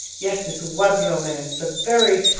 yes, this was romance, the very,